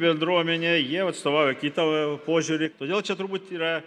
bendruomenė jie jau atstovauja kitą požiūrį todėl čia turbūt yra